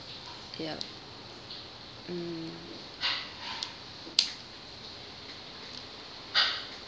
yup mm